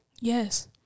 Yes